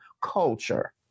culture